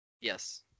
Yes